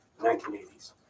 1980s